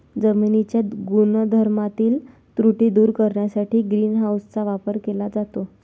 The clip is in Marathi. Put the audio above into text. जमिनीच्या गुणधर्मातील त्रुटी दूर करण्यासाठी ग्रीन हाऊसचा वापर केला जातो